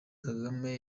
kagame